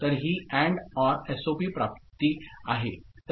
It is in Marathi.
तर ही AND OR SOP प्राप्ती आहे